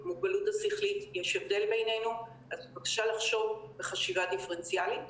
יש תמיד תלמידים שנשארים בפנימיות